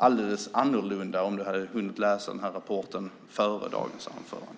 helt annorlunda om hon hade hunnit läsa den rapporten före dagens debatt.